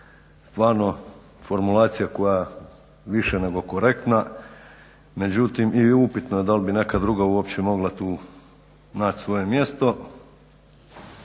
Stvarno formulacija koja je više nego korektna. Međutim i upitno je dal bi neka druga uopće mogla tu nać svoje mjesto